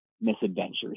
misadventures